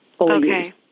Okay